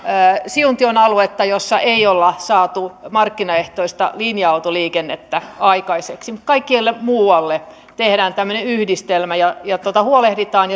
siuntion aluetta missä ei ole saatu markkinaehtoista linja autoliikennettä aikaiseksi mutta kaikkialle muualle tehdään tämmöinen yhdistelmä ja ja huolehditaan